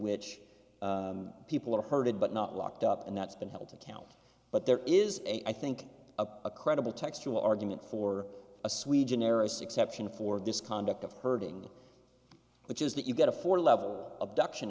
which people are herded but not locked up and that's been held to account but there is a i think a credible textual argument for a sweet generis exception for this conduct of herding which is that you get a four level abduction